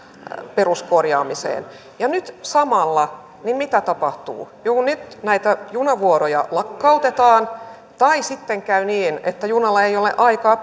peruskorjaamiseen ja mitä nyt samalla tapahtuu joko nyt näitä junavuoroja lakkautetaan tai sitten käy niin että junalla ei ole aikaa